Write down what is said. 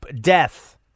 death